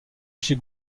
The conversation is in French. chez